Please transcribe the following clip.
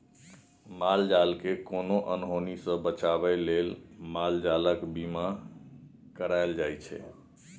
माल जालकेँ कोनो अनहोनी सँ बचाबै लेल माल जालक बीमा कराएल जाइ छै